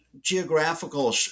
geographical